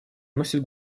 носит